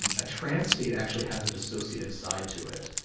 and a trance state actually has a dissociative side to it.